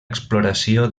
exploració